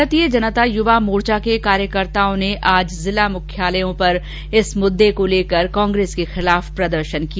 भारतीय जनता युवा मोर्चा के कार्यकर्ताओं ने आज जिला मुख्यालयों पर इस मुद्दे को लेकर कांग्रेस के खिलाफ प्रदर्शन किया